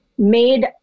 made